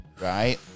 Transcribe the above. right